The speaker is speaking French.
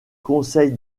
conseil